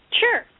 Sure